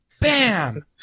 Bam